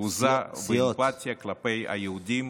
תעוזה ואמפתיה כלפי היהודים